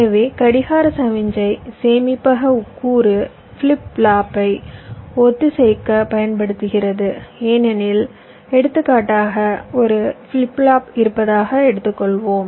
எனவே கடிகார சமிக்ஞை சேமிப்பக கூறு ஃபிளிப் ஃப்ளாப்பை ஒத்திசைக்கப் பயன்படுகிறது ஏனெனில் எடுத்துக்காட்டாக ஒரு ஃபிளிப் ஃப்ளாப் இருப்பதாக கொள்வோம்